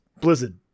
Blizzard